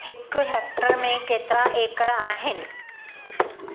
हिक हैक्टर में केतिरा एकर आहिनि